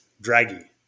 draggy